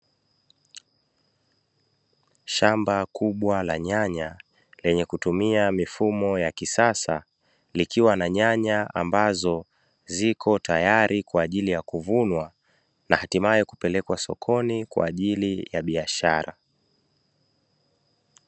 Shamba kubwa la nyanya lenye kutumia mifumo ya kisasa, likiwa na nyanya ambazo zipo tayari kwa ajili ya kuvunwa na hatimaye kupelekwa sokoni kwa ajili ya biashara.